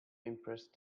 impressed